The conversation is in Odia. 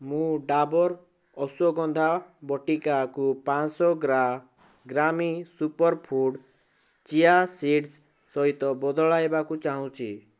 ମୁଁ ଡାବର୍ ଅଶ୍ଵଗନ୍ଧା ବଟିକାକୁ ପାଞ୍ଚଶହ ଗ୍ରା ଗ୍ରାମୀ ସୁପର୍ ଫୁଡ଼୍ ଚିଆ ସିଡ଼୍ସ୍ ସହିତ ବଦଳାଇବାକୁ ଚାହୁଁଛି